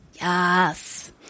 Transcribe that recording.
Yes